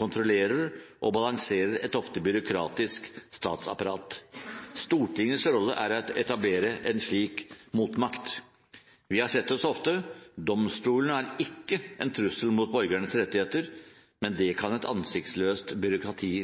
kontrollere og balansere et ofte byråkratisk statsapparat. Stortingets rolle er å etablere en slik motmakt. Vi har sett det så ofte: Domstolene er ikke en trussel mot borgernes rettigheter, men det kan et ansiktsløst byråkrati